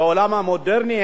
בעולם המודרני,